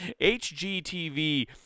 HGTV